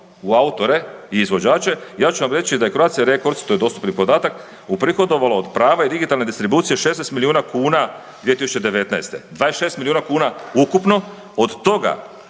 u autore i izvođače, ja ću vam reći da je Croatia Records, to je dostupni podatak, uprihodovala od prava i digitalne distribucije 16 milijuna kuna 2019., 26 milijuna kuna ukupno, od toga